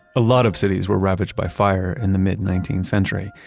a lot of cities were ravaged by fire in the mid nineteenth century.